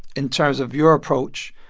in terms of your approach,